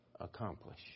accomplish